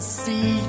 see